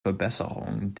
verbesserung